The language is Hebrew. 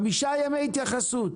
חמישה ימי התייחסות